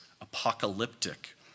apocalyptic